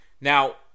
Now